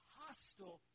hostile